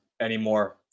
anymore